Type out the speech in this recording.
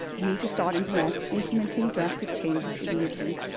we need to start implementing implementing drastic changes immediately.